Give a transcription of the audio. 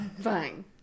Fine